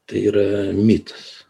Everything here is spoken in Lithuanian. tai yra mitas